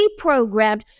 reprogrammed